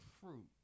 fruit